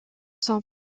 son